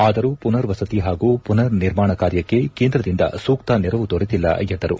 ಆದರೂ ಪುನರ್ ವಸತಿ ಹಾಗೂ ಪುನರ್ ನಿರ್ಮಾಣ ಕಾರ್ಯಕ್ಕೆ ಕೇಂದ್ರದಿಂದ ಸೂಕ್ತ ನೆರವು ದೊರೆತಿಲ್ಲ ಎಂದರು